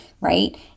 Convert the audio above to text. right